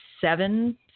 seven